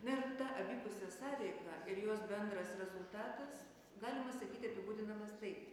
na ir ta abipusė sąveika ir jos bendras rezultatas galima sakyti apibūdinamas taip